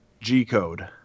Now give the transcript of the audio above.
G-Code